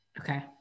Okay